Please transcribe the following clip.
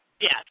Yes